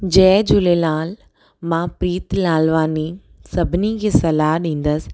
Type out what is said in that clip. जय झूलेलाल मां प्रीत लालवाणी सभिनी खे सलाह ॾींदसि